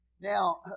Now